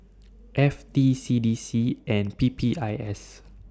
F T C D C and P P I S